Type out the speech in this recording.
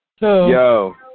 Yo